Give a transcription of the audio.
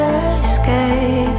escape